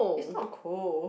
is not cold